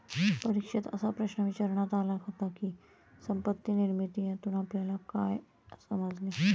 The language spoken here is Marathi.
परीक्षेत असा प्रश्न विचारण्यात आला होता की, संपत्ती निर्मिती यातून आपल्याला काय समजले?